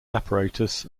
apparatus